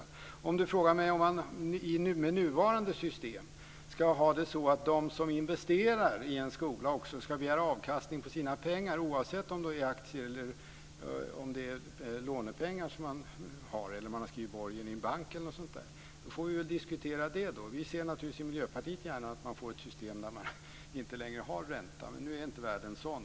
Om Lennart Gustavsson frågar mig om vi med nuvarande system ska ha det så att de som investerar i en skola ska begära avkastning på sina pengar, oavsett om det är aktier eller lånepengar eller om man har skrivit borgen i en bank, får vi väl diskutera det. I Miljöpartiet ser vi naturligtvis gärna att man får ett system där man inte har någon ränta. Men nu är inte världen sådan.